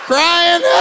Crying